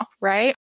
right